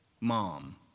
mom